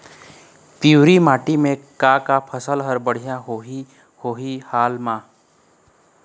पिवरी माटी म का का फसल हर बढ़िया होही हाल मा?